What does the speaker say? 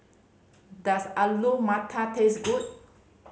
does Alu Matar taste good